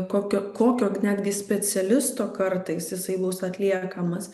kokio kokio netgi specialisto kartais jisai bus atliekamas